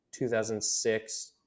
2006